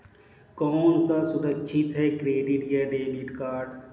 कौन सा सुरक्षित है क्रेडिट या डेबिट कार्ड?